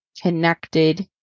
connected